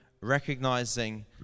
recognizing